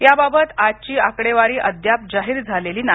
याबाबत आजची आकडेवारी अद्याप जाहीर झालेली नाही